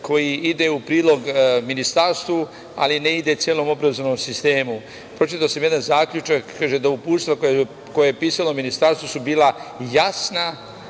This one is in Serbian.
koji ide u prilog Ministarstvu, ali ne ide celom obrazovanom sistemu. Pročitao sam jedan zaključak, kaže da uputstva koja je pisalo Ministarstvo su bila jasna,